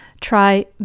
try